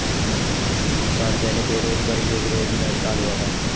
कुछ साल पहले पेरोल कर के विरोध में हड़ताल हुआ था